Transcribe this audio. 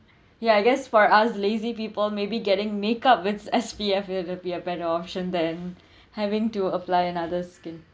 ya I guess for us lazy people maybe getting makeup with S_P_F that will be a better option than having to apply another skin